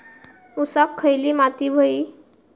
ऊसाक खयली माती व्हयी?